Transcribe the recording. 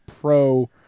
pro